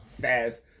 fast